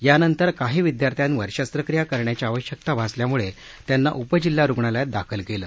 यानंतर काही विद्यार्थ्यांवर शस्त्रक्रिया करण्याची आवश्यकता भासल्यामुळे त्यांना उपजिल्हा रुग्णालयात दाखल केलं